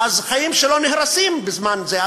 החיים שלו נהרסים בזמן הזה.